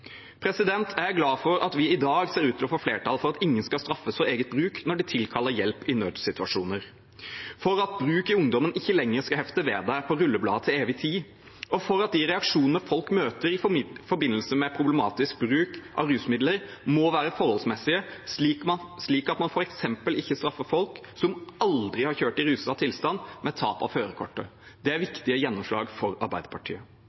Jeg er glad for at vi i dag ser ut til å få flertall for at ingen skal straffes for eget bruk når de tilkaller hjelp i nødssituasjoner, for at bruk i ungdommen ikke lenger skal hefte ved en på rullebladet til evig tid, og for at de reaksjonene folk møter i forbindelse med problematisk bruk av rusmidler, må være forholdsmessige, slik at man f.eks. ikke straffer folk som aldri har kjørt i ruset tilstand, med tap av førerkortet. Det er viktige gjennomslag for Arbeiderpartiet.